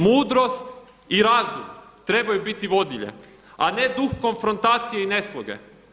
Mudrost i razum trebaju biti vodilje, a ne duh konfrontacije i nesloge.